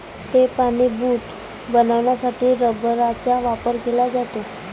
tape आणि boot बनवण्यासाठी रबराचा वापर केला जातो